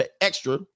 extra